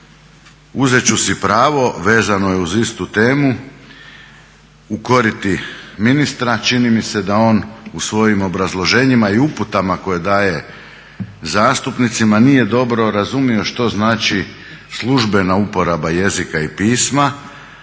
Uzet ću si pravo, vezano je uz istu temu, ukoriti ministra. Čini mi se da on u svojim obrazloženjima i uputama koje daje zastupnicima nije dobro razumio što znači službena uporaba jezika i pisma